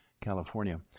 California